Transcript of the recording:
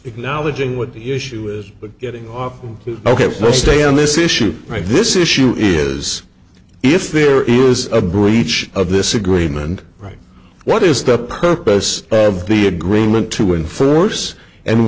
acknowledging what the issue is but getting off ok we'll stay on this issue this issue is if there is a breach of this agreement right what is the purpose of the agreement to enforce and